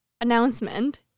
announcement